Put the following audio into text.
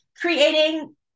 creating